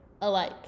alike